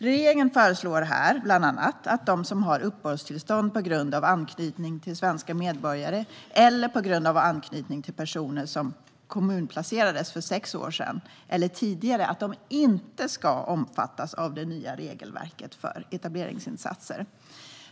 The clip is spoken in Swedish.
Regeringen föreslår bland annat att de som har uppehållstillstånd på grund av anknytning till svenska medborgare eller på grund av anknytning till personer som kommunplacerades för sex år sedan eller tidigare inte ska omfattas av det nya regelverket för etableringsinsatser.